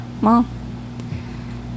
Mom